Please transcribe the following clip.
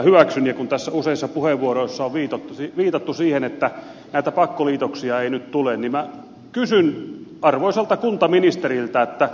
kun tässä useissa puheenvuoroissa on viitattu siihen että näitä pakkoliitoksia ei nyt tule niin minä kysyn arvoisalta kuntaministeriltä